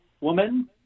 woman